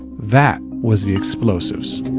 that was the explosives